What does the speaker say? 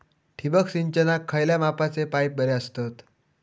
ठिबक सिंचनाक खयल्या मापाचे पाईप बरे असतत?